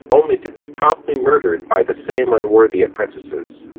only to be promptly murdered by the same unworthy apprentices.